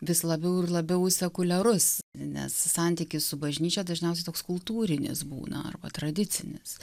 vis labiau ir labiau sekuliarus nes santykis su bažnyčia dažniausiai toks kultūrinis būna arba tradicinis